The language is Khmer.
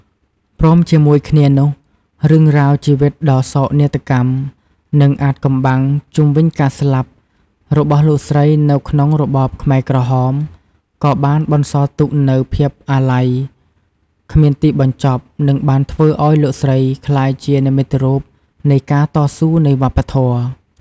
ព្រមជាមួយគ្នានោះ រឿងរ៉ាវជីវិតដ៏សោកនាដកម្ម និង អាថ៌កំបាំងជុំវិញការស្លាប់ របស់លោកស្រីនៅក្នុងរបបខ្មែរក្រហម ក៏បានបន្សល់ទុកនូវភាពអាល័យគ្មានទីបញ្ចប់ និងបានធ្វើឲ្យលោកស្រីក្លាយជានិមិត្តរូបនៃការតស៊ូនៃវប្បធម៌។